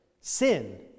sin